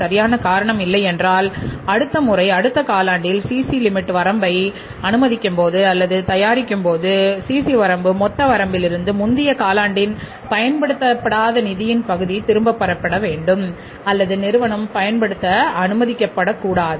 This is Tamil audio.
சிசி வரம்பு மொத்த வரம்பிலிருந்து முந்தைய காலாண்டில் பயன்படுத்தப்படாத நிதியின் பகுதி திரும்பப் பெறப்பட வேண்டும் அல்லது நிறுவனம் பயன்படுத்த அனுமதிக்கப்படக்கூடாது